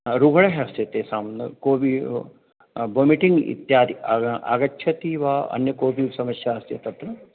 अ रुग्णः अस्ति तेषां न कोऽपि बोमिटिङ्ग् इत्यादि आग् आगच्छति वा अन्या कापि समस्या अस्ति तत्र